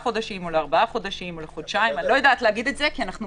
אני לא יודעת דבר